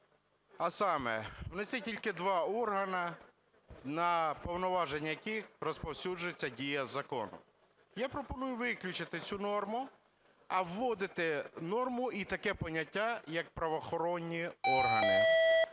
А саме: внести тільки два органи, на повноваження яких розповсюджується дія закону. Я пропоную виключити цю норму, а вводити норму і таке поняття, як "правоохоронні органи".